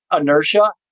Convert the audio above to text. inertia